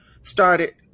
started